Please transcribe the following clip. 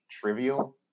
trivial